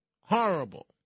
horrible